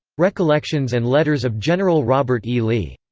recollections and letters of general robert e. lee.